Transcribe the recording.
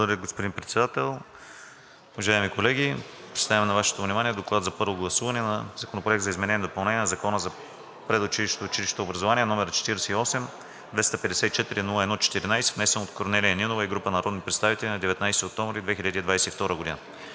Благодаря, господин Председател. Уважаеми колеги, представям на Вашето внимание: „ДОКЛАД за първо гласуване относно Законопроект за изменение и допълнение на Закона за предучилищното и училищното образование, № 48-254-01-14, внесен от Корнелия Нинова и група народни представители на 19 октомври 2022 г.